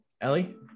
ellie